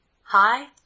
Hi